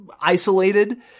isolated